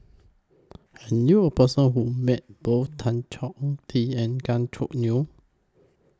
I knew A Person Who Met Both Tan Chong Tee and Gan Choo Neo